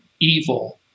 evil